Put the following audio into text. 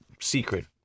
secret